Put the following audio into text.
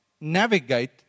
navigate